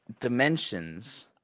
dimensions